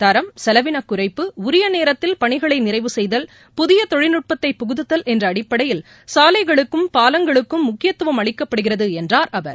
தரம் செலவினக் குறைப்பு உரிய நேரத்தில் பணிகளை நிறைவு செய்தல் புதிய தொழில்நுட்பத்தை புகுத்துதல் என்ற அடிப்படையில் சாலைகளும் பாலங்களும் முக்கியத்துவம் அளிக்கப்படுகிறது என்றார் அமைச்சர்